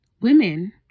Women